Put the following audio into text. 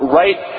right